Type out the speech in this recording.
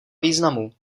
významu